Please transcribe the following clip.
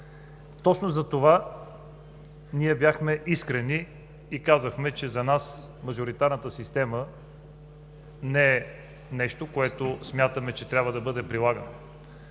Точно затова ние бяхме искрени и казахме, че за нас мажоритарната система не е нещо, което смятаме, че трябва да бъде прилагано.